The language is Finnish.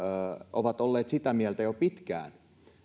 ovat olleet jo pitkään sitä mieltä